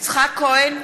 יצחק כהן,